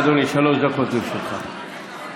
נשארתם אותם שמאלנים